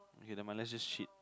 okay never mind let's just shit